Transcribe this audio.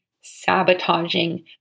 sabotaging